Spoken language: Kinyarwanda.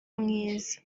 mwiza